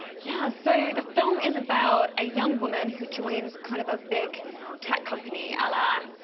yeah, so the film is about a young woman who joins kind of a big tech company a la,